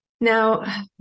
Now